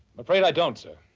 i'm afraid i don't, sir.